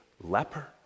leper